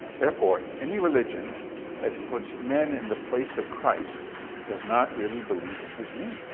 therefore, any religion that puts men in the place of christ does not really believe in his name.